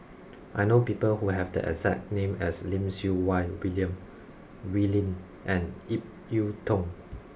I know people who have the exact name as Lim Siew Wai William Wee Lin and Ip Yiu Tung